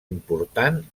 important